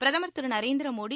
பிரதமர் திருநரேந்திரமோடி